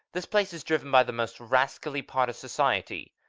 the place is driven by the most rascally part of society,